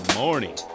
morning